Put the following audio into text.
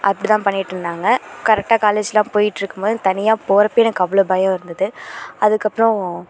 அப்படி தான் பண்ணிகிட்டு இருந்தாங்க கரெக்டாக காலேஜ்லாம் போயிட்டிருக்கும் போது தனியாக போகிறப்பையே எனக்கு அவ்வளோ பயம் இருந்தது அதுக்கப்புறம்